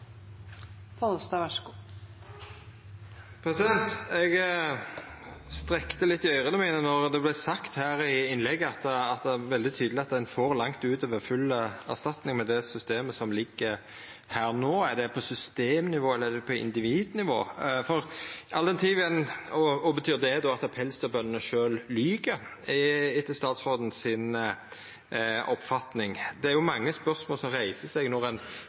Eg strekte øyra litt då det vart sagt i innlegget, veldig tydeleg, at ein får langt utover full erstatning med det systemet som ligg her no. Er det på systemnivå, eller er det på individnivå, og betyr det då at pelsdyrbøndene sjølve lyg, etter statsråden si oppfatning? Det er mange spørsmål som reiser seg når ein